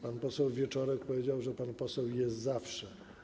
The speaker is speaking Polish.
Pan poseł Wieczorek powiedział, że pan poseł jest zawsze.